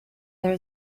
there